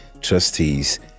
Trustees